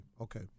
okay